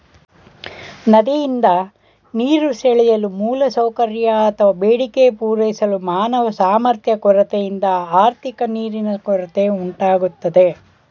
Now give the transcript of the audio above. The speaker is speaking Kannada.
ನದಿಯಿಂದ ನೀರು ಸೆಳೆಯಲು ಮೂಲಸೌಕರ್ಯ ಅತ್ವ ಬೇಡಿಕೆ ಪೂರೈಸಲು ಮಾನವ ಸಾಮರ್ಥ್ಯ ಕೊರತೆಯಿಂದ ಆರ್ಥಿಕ ನೀರಿನ ಕೊರತೆ ಉಂಟಾಗ್ತದೆ